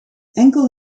enkel